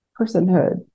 personhood